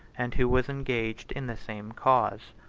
and who was engaged in the same cause.